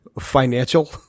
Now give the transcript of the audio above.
financial